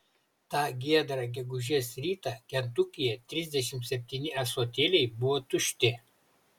tą giedrą gegužės rytą kentukyje trisdešimt septyni ąsotėliai buvo tušti